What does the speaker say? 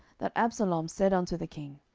that absalom said unto the king,